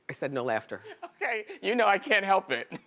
said no laughter. okay, you know i can't help it.